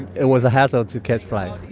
it was a hassle to catch flies,